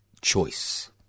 choice